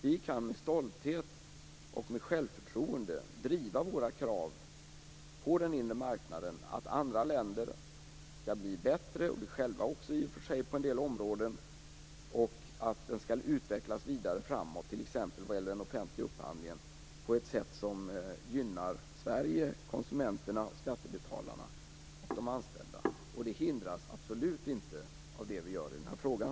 Vi kan med stolthet och självförtroende driva våra krav på den inre marknaden att andra länder skall bli bättre - och vi själva också på en del områden - och att den skall utvecklas vidare framåt, t.ex. vad gäller den offentliga upphandlingen, på ett sätt som gynnar Sverige, konsumenterna, skattebetalarna och de anställda. Detta hindras absolut inte av det som vi gör i den här frågan.